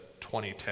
2010